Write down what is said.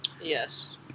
Yes